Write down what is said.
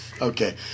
Okay